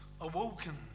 awoken